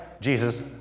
Jesus